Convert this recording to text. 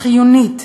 חיונית,